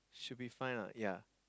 should be fine lah ya